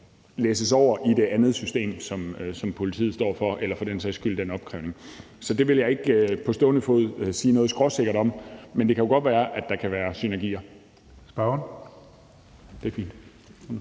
læsses over i det andet system, som politiet står for. Så det vil jeg ikke på stående fod sige noget skråsikkert om, men det kan jo godt være, at der kan være synergier. Kl. 20:39 Tredje